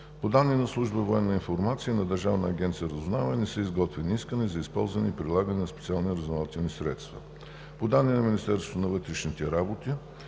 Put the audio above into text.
По данни на Служба „Военна информация“ и на Държавна агенция „Разузнаване“ не са изготвяни искания за използване и прилагане на специални разузнавателни средства. По данни на Министерство на вътрешните работи